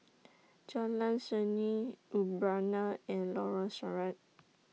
Jalan Seni Urbana and Lorong Sarhad